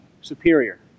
superior